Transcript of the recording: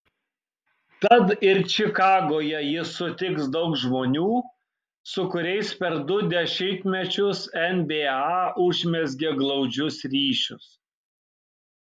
tad ir čikagoje jis sutiks daug žmonių su kuriais per du dešimtmečius nba užmezgė glaudžius ryšius